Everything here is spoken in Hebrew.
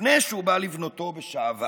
לפני שהוא בא לבנותו בשעווה.